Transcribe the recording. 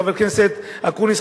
חבר כנסת אקוניס,